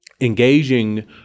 engaging